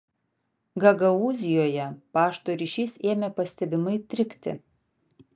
gagaūzijoje pašto ryšys ėmė pastebimai trikti